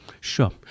Sure